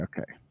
Okay